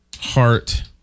heart